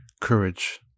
courage